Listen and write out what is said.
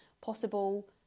possible